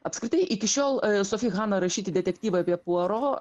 apskritai iki šiol sofi hana rašyti detektyvai apie puaro